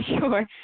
Sure